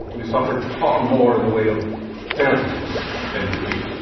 we suffered far more in the way of failures and defeats.